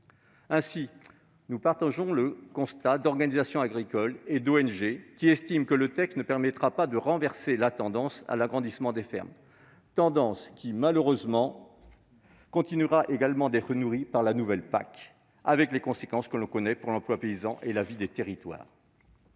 cible. Nous partageons le constat d'organisations agricoles et d'ONG, qui estiment que le texte ne permettra pas de renverser la tendance à l'agrandissement des fermes, tendance qui, malheureusement, continuera également d'être nourrie par la nouvelle PAC, avec les conséquences que l'on connaît pour l'emploi paysan et la vie des territoires.